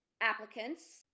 applicants